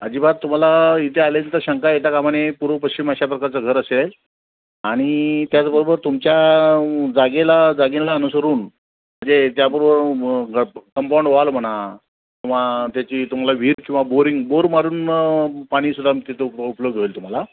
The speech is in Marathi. अजिबात तुम्हाला इथे आल्यां तर शंका येता कामा नये पूर्व पश्चिम अशा प्रकारचं घर असेल आणि त्याचबरोबर तुमच्या जागेला जागेला अनुसरून जे त्याबरोबर कंपाऊंड वॉल म्हणा किंवा त्याची तुम्हाला विहीर किंवा बोरिंग बोर मारून पाणी सुद्धा तिथं उप उपलब्ध होईल तुम्हाला